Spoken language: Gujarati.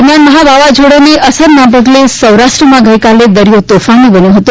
દરમિયાન મહાવાવાઝોડાની અસરના પગલે સૌરાષ્ટ્રમાં ગઇકાલે દરિયો તોફાની બન્યો હતો